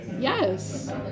Yes